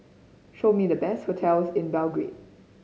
show me the best hotels in Belgrade